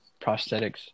prosthetics